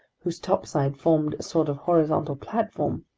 whose topside formed a sort of horizontal platform,